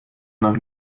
nach